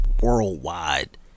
worldwide